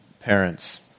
parents